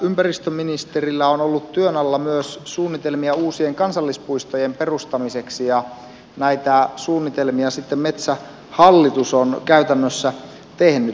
ympäristöministerillä on ollut työn alla myös suunnitelmia uusien kansallispuistojen perustamiseksi ja näitä suunnitelmia sitten metsähallitus on käytännössä tehnyt